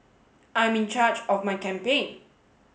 I'm in charge of my campaign